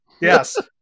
Yes